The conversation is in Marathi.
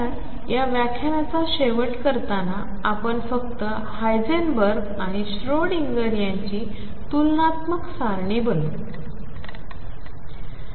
तर या व्याख्यानाचा शेवट करताना आपण फक्त हायसेनबर्ग आणि श्रोडिंगर याची तुलनात्मक सारणी बनवू